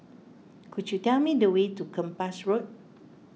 could you tell me the way to Kempas Road